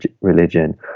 religion